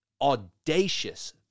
audacious